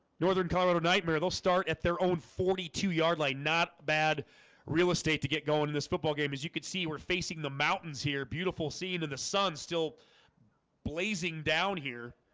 northern colorado nightmare, they'll start at their own forty yard line, not bad real estate to get going in this football game as you can see we're facing the mountains here beautiful scene and the sun's still blazing down here